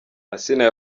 asinah